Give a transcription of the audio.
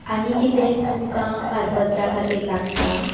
आनी कितेंय तुमकां पारपत्रा खातीर लागता